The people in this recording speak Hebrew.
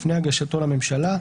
לפני הגשתו לממשלה.